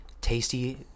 Tasty